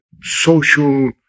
social